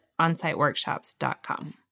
onsiteworkshops.com